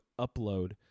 upload